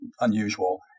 unusual